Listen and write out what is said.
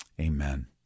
Amen